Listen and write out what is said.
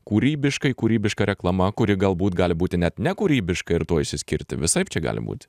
kūrybiškai kūrybiška reklama kuri galbūt gali būti net nekūrybiška ir tuo išsiskirti visaip čia gali būti